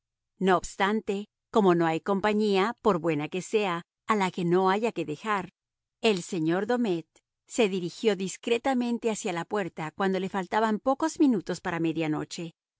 no obstante como no hay compañía por buena que sea a la que no haya que dejar el señor domet se dirigió discretamente hacia la puerta cuando faltaban pocos minutos para